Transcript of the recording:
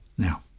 Now